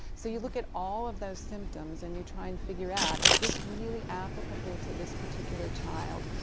so, you look at all of those symptoms and you try and figure out, is this really applicable to this particular child?